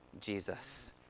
Jesus